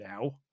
now